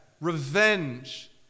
revenge